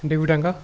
Devidanga